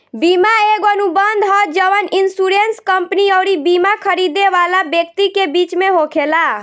बीमा एगो अनुबंध ह जवन इन्शुरेंस कंपनी अउरी बिमा खरीदे वाला व्यक्ति के बीच में होखेला